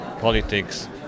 politics